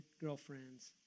girlfriends